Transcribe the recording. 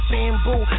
Bamboo